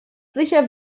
sicher